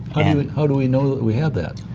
how do we know that we have that?